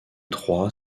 troy